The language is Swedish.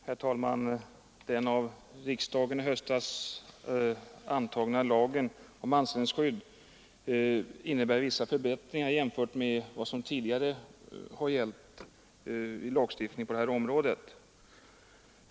Herr talman! Den av riksdagen i höstas antagna lagen om anställningsskydd innebär vissa förbättringar jämfört med tidigare lagstiftning på det här området.